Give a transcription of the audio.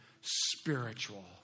spiritual